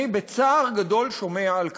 אני בצער גדול שומע על כך,